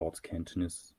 ortskenntnis